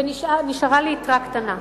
ונשארה לי יתרה קטנה,